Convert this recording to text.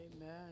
Amen